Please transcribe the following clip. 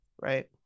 right